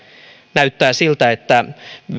näyttää siltä että